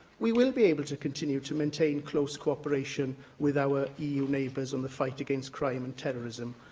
we will be able to continue to maintain close co-operation with our eu neighbours on the fight against crime and terrorism.